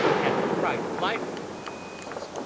and the pride of life, he tells us,